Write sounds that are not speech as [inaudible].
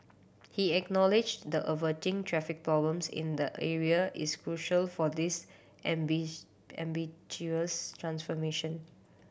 he acknowledged the averting traffic problems in the area is crucial for this [unintelligible] ambitious transformation